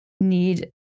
need